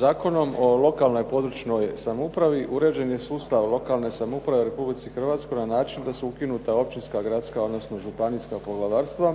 Zakonom o lokalnoj i područnoj samoupravi uređen je sustav lokalne samouprave u Republici Hrvatskoj na način da su ukinuta općinska, gradska, odnosno županijska poglavarstva,